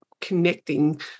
connecting